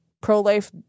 pro-life